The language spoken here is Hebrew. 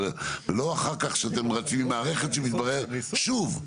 ולא אחר כך כשאתם רצים עם מערכת שמתברר שוב,